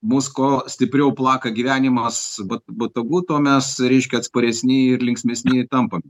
mus kuo stipriau plaka gyvenimas bo botagu tuo mes reiškia atsparesni ir linksmesni tampame